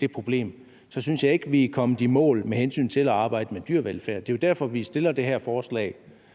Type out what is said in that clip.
det problem, så synes jeg ikke vi er kommet i mål med hensyn til at arbejde med dyrevelfærd. Det er jo derfor, vi stiller det her forslag.